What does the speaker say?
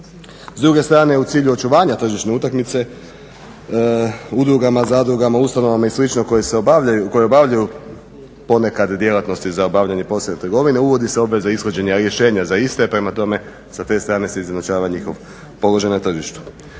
S druge strane u cilju očuvanja tržišne utakmice udrugama, zadrugama, ustanovama i slično koje obavljaju ponekad djelatnosti za obavljanje posebne trgovine uvodi se obveza ishođenja rješenja za iste. Prema tome sa te strane se izjednačava njihov položaj na tržištu.